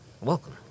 welcome